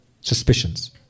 suspicions